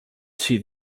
see